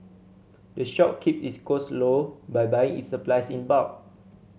the shop keep its cost low by buying its supplies in bulk